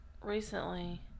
recently